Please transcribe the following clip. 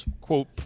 quote